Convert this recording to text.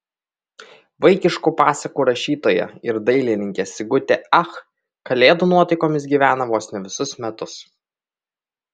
vaikiškų pasakų rašytoja ir dailininkė sigutė ach kalėdų nuotaikomis gyvena vos ne visus metus